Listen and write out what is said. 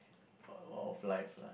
of life lah